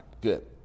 good